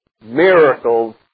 miracles